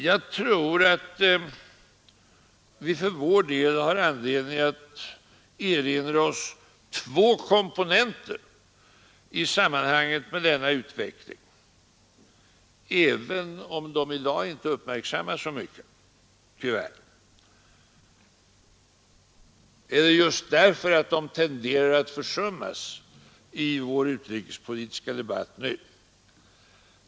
Jag tror att vi för vår del har anledning att erinra oss två komponenter i samband med denna utveckling, även om de i dag tyvärr inte uppmärksammas så mycket eller just därför att de tenderar att försummas i vår utrikespolitiska debatt nu.